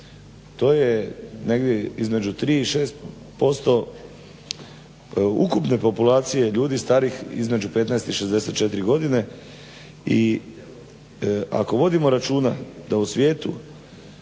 To je negdje između 3 i 6% ukupnu populacije ljudi starijih između 15 i 64 godine i ako vodimo računa da u svijetu